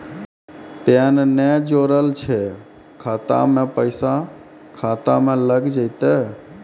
Pan ने जोड़लऽ छै खाता मे पैसा खाता मे लग जयतै?